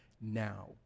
now